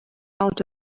out